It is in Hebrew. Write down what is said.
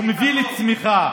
הוא מביא לצמיחה,